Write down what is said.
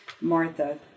Martha